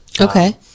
Okay